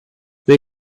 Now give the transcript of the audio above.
may